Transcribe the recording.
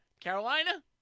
Carolina